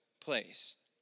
place